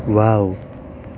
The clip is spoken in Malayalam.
വൗ